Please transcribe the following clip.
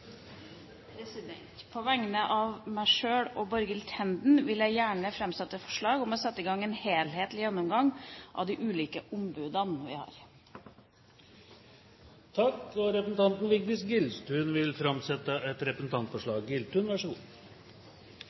På vegne av representanten Borghild Tenden og meg sjøl vil jeg gjerne framsette et forslag om å sette i gang en helhetlig gjennomgang av de ulike ombudene vi har. Representanten Vigdis Giltun vil framsette et representantforslag.